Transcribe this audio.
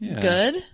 good